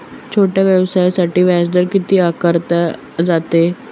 छोट्या व्यवसायासाठी व्याजदर किती आकारला जातो?